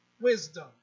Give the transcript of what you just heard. wisdom